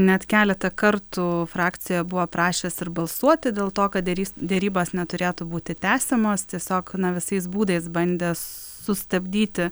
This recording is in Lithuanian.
net keletą kartų frakciją buvo prašęs ir balsuoti dėl to kad derys derybos neturėtų būti tęsiamos tiesiog na visais būdais bande sustabdyti